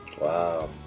Wow